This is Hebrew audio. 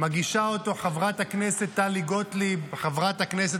מגישה אותו חברת הכנסת טלי גוטליב, חברת הכנסת